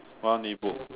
want E book